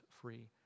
free